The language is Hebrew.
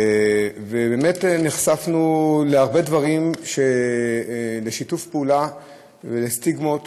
באמת נחשפנו להרבה דברים: לשיתוף פעולה, לסטיגמות